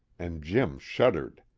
and jim shuddered.